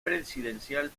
presidencial